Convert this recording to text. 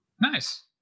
Nice